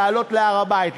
לעלות להר-הבית,